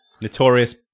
Notorious